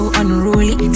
unruly